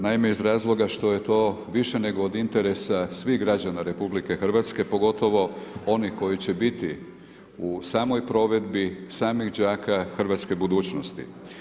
Naime, iz razloga što je to više nego od interesa svih građana RH pogotovo onih koji će biti u samoj provedbi, samih đaka hrvatske budućnosti.